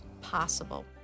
possible